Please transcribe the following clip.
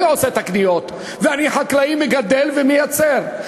אני עושה את הקניות, ואני חקלאי, מגדל ומייצר.